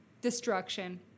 destruction